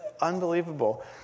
unbelievable